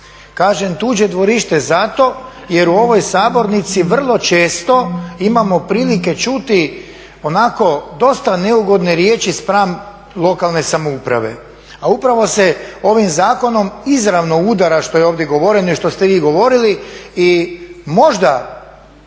Kažem tuđe dvorište zato jer u ovoj sabornici vrlo često imamo prilike čuti onako dosta neugodne riječi spram lokalne samouprave. A upravo se ovim zakonom izravno udara što je ovdje govoreno i što ste vi govorili i možda